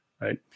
right